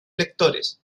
lectores